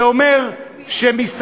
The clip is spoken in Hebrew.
זה אומר שמסעדה